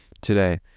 today